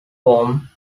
form